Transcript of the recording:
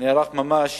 נערך ממש